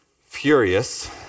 Furious